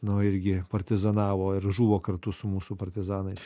nu irgi partizanavo ir žuvo kartu su mūsų partizanais